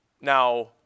Now